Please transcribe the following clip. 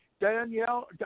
Danielle